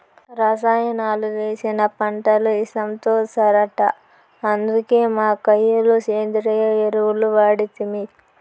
రసాయనాలు వేసిన పంటలు ఇసంతో సరట అందుకే మా కయ్య లో సేంద్రియ ఎరువులు వాడితిమి